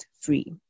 free